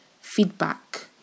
feedback